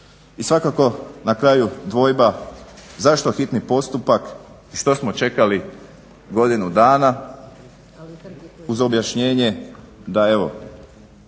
I svakako na kraju dvojba zašto hitni postupak i što smo čekali godinu dana uz objašnjenje da ćemo